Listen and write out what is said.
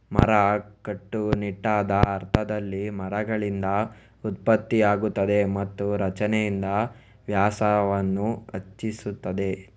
ಮರ, ಕಟ್ಟುನಿಟ್ಟಾದ ಅರ್ಥದಲ್ಲಿ, ಮರಗಳಿಂದ ಉತ್ಪತ್ತಿಯಾಗುತ್ತದೆ ಮತ್ತು ರಚನೆಯಿಂದ ವ್ಯಾಸವನ್ನು ಹೆಚ್ಚಿಸುತ್ತದೆ